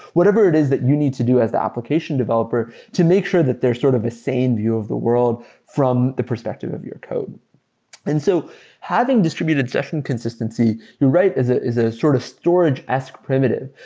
whatever it is that you need to do as the application developer to make sure that there's sort of a sane view of the world from the perspective of your code and so having distributed session consistency, you write as a ah sort of storage-esque primitive,